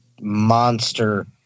monster